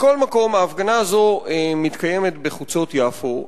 מכל מקום, ההפגנה הזאת מתקיימת בחוצות יפו.